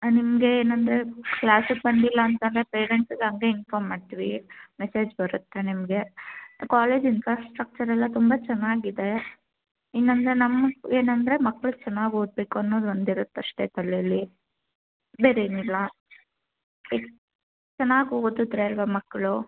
ನಿಮಗೆ ಏನೆಂದರೆ ಕ್ಲಾಸಿಗೆ ಬಂದಿಲ್ಲ ಅಂತ ಅಂದ್ರೆ ಪೇರೆಂಟ್ಸಗೆ ಹಾಗೆ ಇನ್ಫಾಮ್ ಮಾಡ್ತೀವಿ ಮೆಸೇಜ್ ಬರುತ್ತೆ ನಿಮಗೆ ಕಾಲೇಜ್ ಇನ್ಫ್ರಾಸ್ಟ್ರಕ್ಚರ್ ಎಲ್ಲ ತುಂಬ ಚೆನ್ನಾಗಿದೆ ಇನ್ನೆಂದರೆ ನಮ್ಗೆ ಏನೆಂದ್ರೆ ಮಕ್ಳು ಚೆನ್ನಾಗಿ ಒದಬೇಕು ಅನ್ನೋದು ಒಂದು ಇರುತ್ತಷ್ಟೆ ತಲೆಯಲ್ಲಿ ಬೇರೇನಿಲ್ಲ ಚೆನ್ನಾಗಿ ಓದಿದ್ರೆ ಅಲ್ವ ಮಕ್ಕಳು